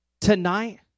Tonight